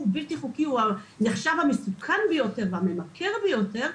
בלתי חוקי נחשב המסוכן ביותר והממכר ביותר,